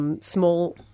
Small